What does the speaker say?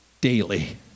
daily